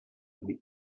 meat